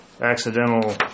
accidental